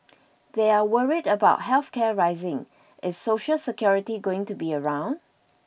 they're worried about health care rising is Social Security going to be around